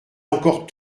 encore